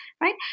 right